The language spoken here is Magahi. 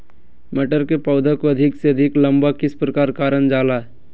मटर के पौधा को अधिक से अधिक लंबा किस प्रकार कारण जाला?